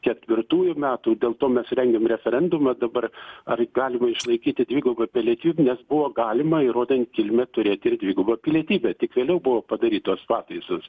ketvirtųjų metų dėl to mes rengiam referendumą dabar ar galima išlaikyti dvigubą pilietybę nes buvo galima įrodant kilmę turėti ir dvigubą pilietybę tik vėliau buvo padarytos pataisos